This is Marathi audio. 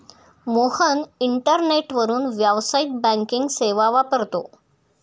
मोहन इंटरनेटवरून व्यावसायिक बँकिंग सेवा वापरतो